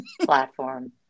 platform